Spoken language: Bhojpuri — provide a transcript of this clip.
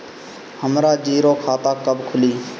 हमरा जीरो खाता कब खुली?